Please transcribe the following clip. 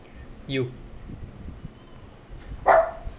you